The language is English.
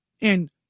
and-